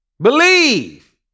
Believe